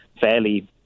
fairly